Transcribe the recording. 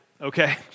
Okay